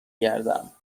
گردم